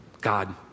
God